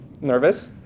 nervous